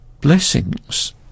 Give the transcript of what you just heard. blessings